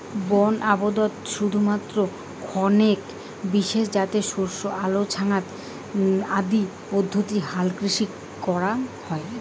বন আবদত শুধুমাত্র খানেক বিশেষ জাতের শস্য আলো ছ্যাঙা আদি পদ্ধতি হালকৃষি করাং হই